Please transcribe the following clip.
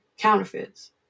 counterfeits